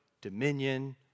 dominion